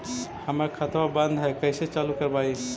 हमर खतवा बंद है कैसे चालु करवाई?